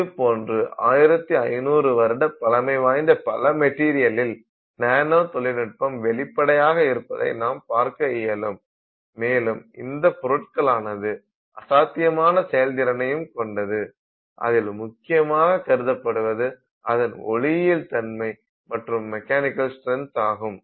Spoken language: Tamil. இதுபோன்று 1500 வருட பழமை வாய்ந்த பல மெட்டீரியலில் நானோ தொழில்நுட்பம் வெளிப்படையாக இருப்பதை நாம் பார்க்க இயலும் மேலும் இந்த பொருட்களானது அசாத்தியமான செயல்திறனையும் கொண்டது அதில் முக்கியமாக கருதப்படுவது அதன் ஒளியியல் தன்மை மற்றும் மெக்கானிக்கல் ஸ்ட்ரென்த் ஆகும்